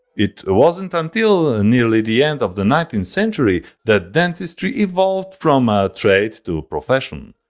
it wasn't until nearly the end of the nineteenth century that dentistry evolved from a trade to profession.